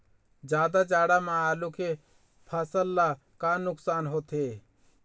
जादा जाड़ा म आलू के फसल ला का नुकसान होथे?